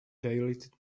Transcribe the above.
dilated